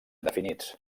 definits